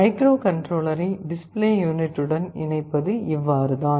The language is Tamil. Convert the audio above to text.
மைக்ரோகண்ட்ரோலரை டிஸ்ப்ளே யூனிட் உடன் இணைப்பது இவ்வாறுதான்